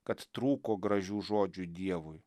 kad trūko gražių žodžių dievui